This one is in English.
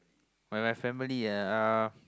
when my family ah